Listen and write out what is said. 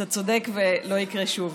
אתה צודק, ולא יקרה שוב.